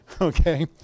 Okay